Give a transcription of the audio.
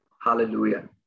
Hallelujah